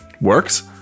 works